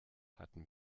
hatten